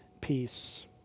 peace